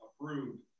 approved